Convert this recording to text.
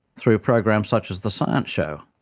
through programs such as the science show.